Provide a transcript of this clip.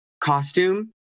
costume